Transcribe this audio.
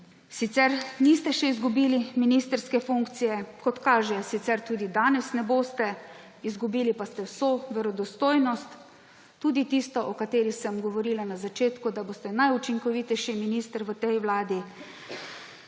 Sicer niste še izgubili ministrske funkcije, kot kaže, je sicer tudi danes ne boste. Izgubili pa ste vso verodostojnost, tudi tisto, o kateri sem govorila na začetku, da boste najučinkovitejši minister v tej vladi.